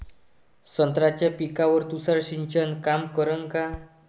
संत्र्याच्या पिकावर तुषार सिंचन काम करन का?